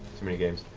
too many games.